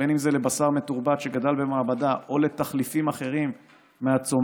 בין אם זה לבשר מתורבת שגדל במעבדה או לתחליפים אחרים מהצומח,